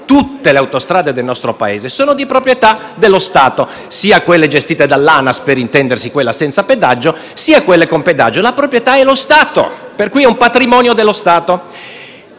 tutte le autostrade - del nostro Paese sono di proprietà dello Stato, sia quelle gestite dall'ANAS, per intendersi quelle senza pedaggio, sia quelle con pedaggio. Il proprietario è lo Stato per cui sono un patrimonio dello Stato.